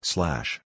Slash